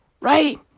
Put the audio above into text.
right